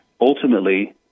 Ultimately